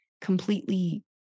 completely